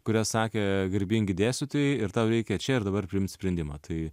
kurias sakė garbingi dėstytojai ir tau reikia čia ir dabar priimt sprendimą tai